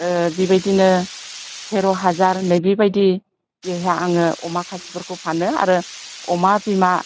बिबायदिनो थेर' हाजार नै बिबायदियैहाय आङो अमा खासिफोरखौ फानो आरो अमा बिमा